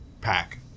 Pack